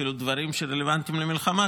ואפילו דברים שרלוונטיים למלחמה,